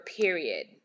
period